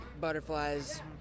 butterflies